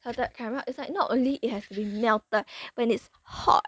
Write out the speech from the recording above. salted caramel is like not only it has be melted when it's hot